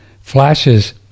flashes